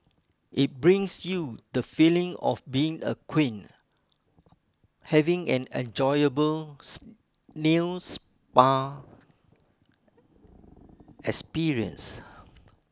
it brings you the feeling of being a queen having an enjoyable nail spa experience